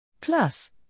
Plus